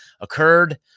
occurred